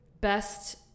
best